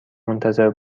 منتظر